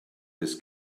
this